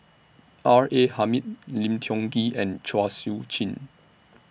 R A Hamid Lim Tiong Ghee and Chua Sian Chin